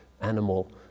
animal